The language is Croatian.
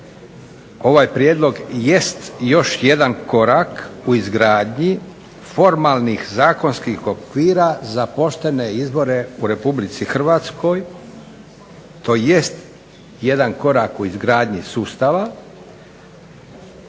ovaj prijedlog jest još jedan korak u izgradnji formalnih zakonskih okvira za poštene izbore u Republici Hrvatskoj tj. jedan korak u izgradnji sustava